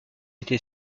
été